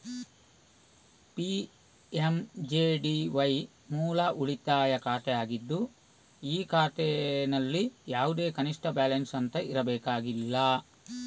PMJDY ಮೂಲ ಉಳಿತಾಯ ಖಾತೆ ಆಗಿದ್ದು ಈ ಖಾತೆನಲ್ಲಿ ಯಾವುದೇ ಕನಿಷ್ಠ ಬ್ಯಾಲೆನ್ಸ್ ಅಂತ ಇರಬೇಕಾಗಿಲ್ಲ